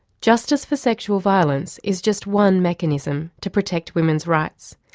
justice for sexual violence is just one mechanism to protect women's rights,